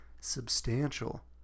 substantial